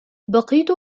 بقيت